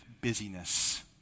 busyness